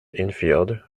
infield